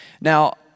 Now